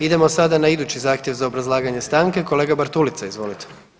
Idemo sada na idući zahtjev za obrazlaganje stanke, kolega Bartulica izvolite.